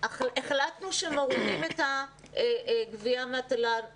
החלטנו שמורידים את הגבייה מהתל"ן,